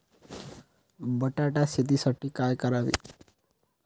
बटाटा शेतीसाठी काय करावे?